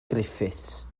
griffiths